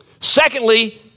Secondly